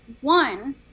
One